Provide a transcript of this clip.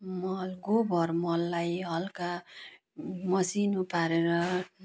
मल गोबर मललाई हलुका मसिनो पारेर